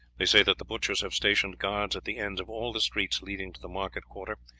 they say that the butchers have stationed guards at the end of all the streets leading to the market quarter,